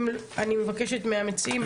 אני מבקשת מהמציעים,